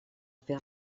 fer